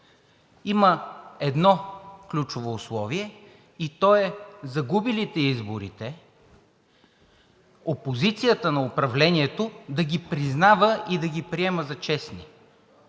има ключово условие и то е загубилите изборите, опозицията на управлението, да ги признава и да ги приема за честни.